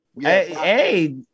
Hey